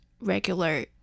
regular